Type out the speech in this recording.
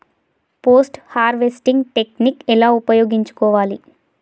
Post harvesting technique ఎలా ఉపయోగించుకోవాలి?